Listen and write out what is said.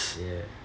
ya